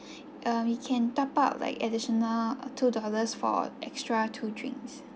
um you can top up like additional two dollars for extra two drinks